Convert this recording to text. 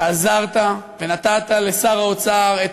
ועזרת ונתת לשר האוצר את